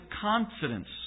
confidence